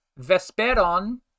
Vesperon